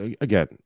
again